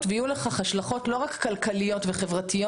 ויהיו לכך השלכות לא רק כלכליות וחברתיות,